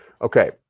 Okay